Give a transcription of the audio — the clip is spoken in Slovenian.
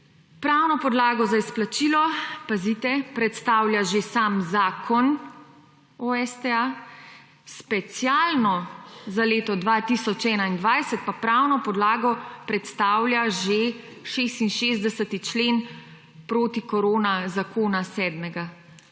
Pravno podlago za izplačilo, pazite, predstavlja že sam Zakon o STA, specialno za leto 2021 pa pravno podlago predstavlja že 66. člen protikorona zakona